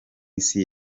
isi